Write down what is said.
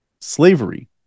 slavery